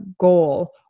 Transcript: goal